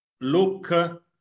look